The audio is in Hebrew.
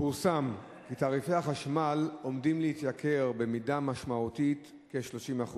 פורסם כי תעריפי החשמל עומדים להתייקר במידה משמעותית: כ-30%.